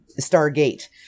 Stargate